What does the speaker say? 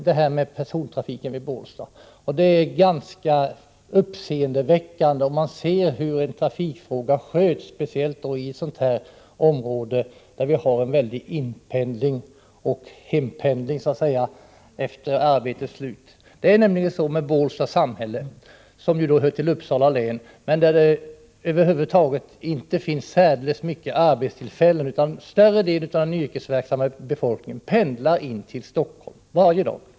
Det är ganska uppseendeväckande att en personfråga kan skötas på detta sätt i ett område som det här med en väldig så att säga bortpendling, och efter arbetets slut, hempendling. Så förhåller det sig med Bålsta samhälle som hör till Uppsala län och där det inte finns särdeles många arbetstillfällen. Större delen av den yrkesverksamma befolkningen pendlar därför in till Stockholm varje dag.